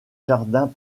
jardins